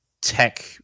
tech